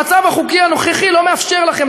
המצב החוקי הנוכחי לא מאפשר לכם.